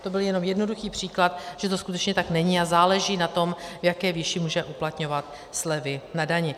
To byl jenom jednoduchý příklad, že to skutečně tak není, a záleží na tom, v jaké výši může uplatňovat slevy na dani.